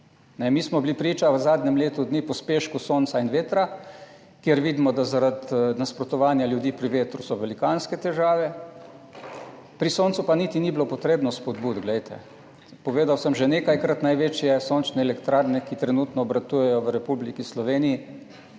Mi smo bili priča v zadnjem letu dni pospešku sonca in vetra, kjer vidimo, da so zaradi nasprotovanja ljudi pri vetru velikanske težave, pri soncu pa niti ni bilo potrebnih spodbud. Povedal sem že nekajkrat, največje sončne elektrarne, ki trenutno obratujejo v Republiki Sloveniji,